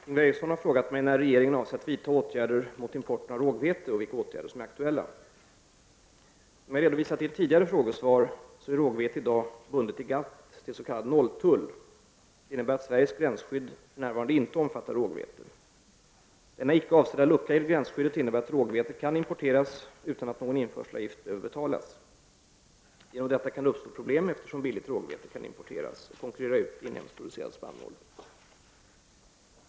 Herr talman! Ingvar Eriksson har frågat mig när regeringen avser att vidta åtgärder mot importen av rågvete och vilka åtgärder som är aktuella. Som jag redovisat i ett tidigare frågesvar är rågvete i dag bundet i GATT till s.k. 0-tull. Det innebär att Sveriges gränsskydd för närvarande inte omfattar rågvete. Denna icke avsedda lucka i gränsskyddet innebär att rågvete kan importeras utan att någon införselavgift behöver betalas. Genom detta kan det uppstå problem, eftersom billigt rågvete kan importeras och konkurrera ut inhemskt producerad spannmål.